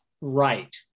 right